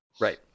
Right